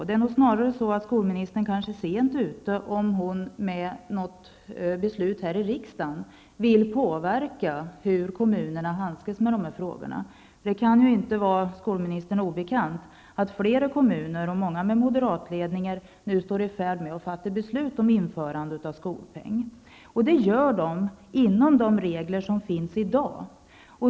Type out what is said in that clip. Det är nog snarare så att skolministern är sent ute, om hon med ett beslut i riksdagen vill påverka hur kommunerna skall handskas med skolans resurser. Det kan inte vara skolministern obekant att flera kommuner, många med moderatledning, nu står i färd med att fatta beslut om införande om skolpeng. De gör det inom ramen för de regler som gäller i dag.